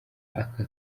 aka